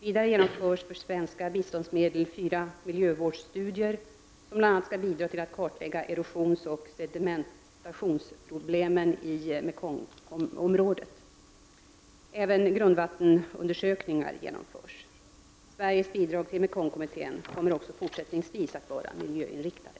Vidare genomförs med svenska biståndsmedel fyra miljövårdsstudier som bl.a. skall bidra till att kartlägga erosionsoch sedimentationsproblematiken i Mekongområdet. Även grundvattenundersökningar genomförs. Sveriges bidrag till Mekongkommittén kommer också fortsättningsvis att vara miljöinriktade.